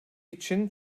için